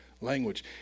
language